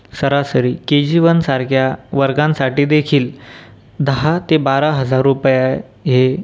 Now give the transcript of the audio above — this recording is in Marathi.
सरासरी के जी वन सारख्या वर्गांसाठी देखील दहा ते बारा हजार रूपया हे